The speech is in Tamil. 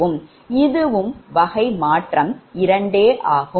இதுவும் வகை 2 மாற்றமே ஆகும்